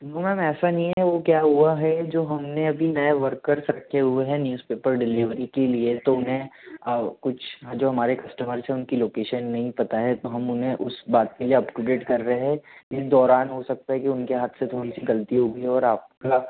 no ma'am ऐसा नहीं है वो क्या हुआ है जो हमने अभी नए वर्कर्स रखे हुए हैं न्यूज़ पेपर डिलीवरी के लिए तो उन्हे कुछ जो हमारे कस्टमर्स है उनकी लोकेशन नहीं पता है तो हम उन्हे उस बात के लिए अप टू डेट कर रहे है इस दौरान हो सकता है कि उनके हाथ से थोड़ी सी गलती हो गई हो और आपका